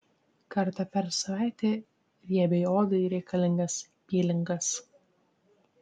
kartą per savaitę riebiai odai reikalingas pilingas